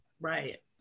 right